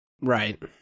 Right